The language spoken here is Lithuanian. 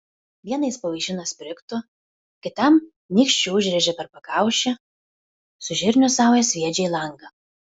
vieną jis pavaišina sprigtu kitam nykščiu užrėžia per pakaušį su žirnių sauja sviedžia į langą